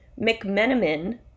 McMenamin